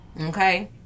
Okay